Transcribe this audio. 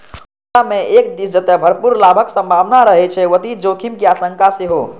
उद्यमिता मे एक दिस जतय भरपूर लाभक संभावना रहै छै, ओतहि जोखिम के आशंका सेहो